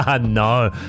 no